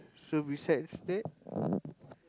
so besides that